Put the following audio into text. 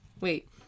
Wait